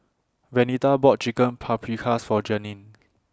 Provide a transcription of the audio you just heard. Venita bought Chicken Paprikas For Janeen